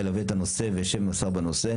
אלווה את הנושא ואשב עם השר בנושא.